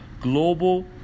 global